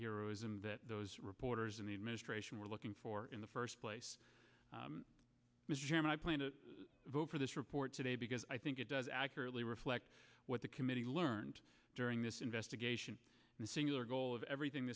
think that those reporters in the administration were looking for in the first place mr chairman i plan to vote for this report today because i think it does accurately reflect what the committee learned during this investigation the singular goal of everything